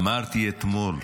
אמרתי אתמול: